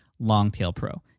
longtailpro